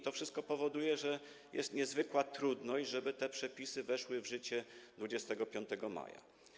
To wszystko powoduje, że jest niezwykła trudność, żeby te przepisy weszły w życie 25 maja.